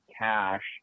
cash